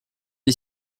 est